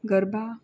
garba